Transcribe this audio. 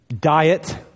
diet